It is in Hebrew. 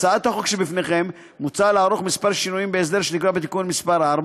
בהצעת החוק שבפניכם מוצע לערוך כמה שינויים בהסדר שנקבע בתיקון מס' 4,